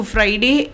Friday